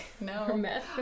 No